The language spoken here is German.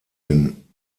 den